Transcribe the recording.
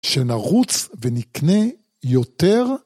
שנרוץ ונקנה יותר